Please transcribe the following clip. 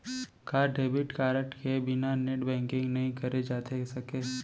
का debit card के बिना नेट बैंकिंग नई करे जाथे सके?